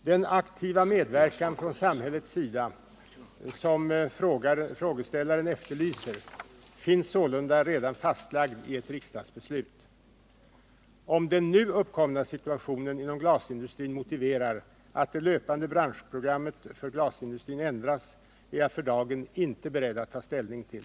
Den aktiva medverkan från samhällets sida som frågeställaren efterlyser finns således redan fastlagd i ett riksdagsbeslut. Huruvida den nu uppkomna situationen inom glasindustrin motiverar att det löpande branschprogrammet för glasindustrin ändras är jag för dagen inte beredd att ta ställning till.